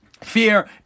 fear